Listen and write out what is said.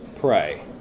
pray